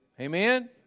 Amen